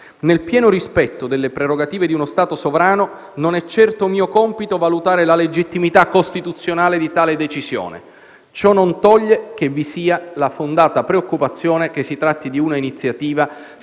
Nel pieno rispetto delle prerogative di uno Stato sovrano, non è certo mio compito valutare la legittimità costituzionale di tale decisione. Ciò non toglie che vi sia la fondata preoccupazione che si tratti di una iniziativa